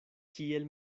kiel